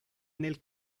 nel